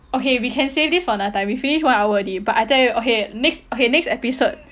okay we can save this for another time we finish one hour already but I tell you okay next okay next episode